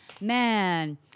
man